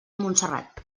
montserrat